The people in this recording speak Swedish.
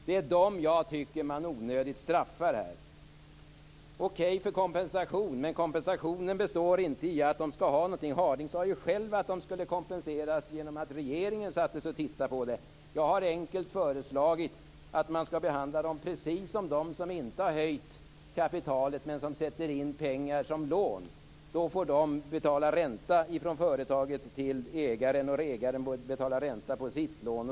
Det är dem jag tycker att man onödigt straffar här. Okej för kompensation, men kompensationen består inte i att de skall ha någonting. Bengt Harding Olson sade ju själv att de skulle kompenseras genom att regeringen satte sig ned och tittade på det här. Jag har enkelt föreslagit att man skall behandla dem precis som man behandlar dem som inte har höjt kapitalet men som sätter in pengar som lån. Då får de betala ränta från företaget till ägaren och ägaren betalar ränta på sitt lån.